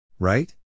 right